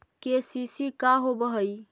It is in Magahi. के.सी.सी का होव हइ?